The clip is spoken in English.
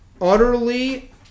utterly